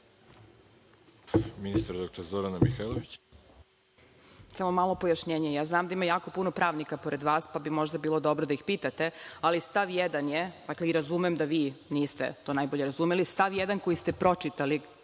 Mihajlović. **Zorana Mihajlović** Samo malo pojašnjenje. Znam da ima jako puno pravnika pored vas pa bi možda bilo dobro da ih pitate, dakle, i razumem da vi niste to najbolje razumeli. Stav 1. koji ste pročitali